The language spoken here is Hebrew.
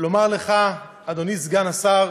לומר לך, אדוני סגן השר,